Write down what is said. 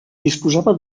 disposava